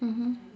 mmhmm